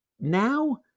now